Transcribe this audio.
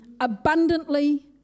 Abundantly